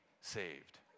saved